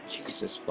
Jesus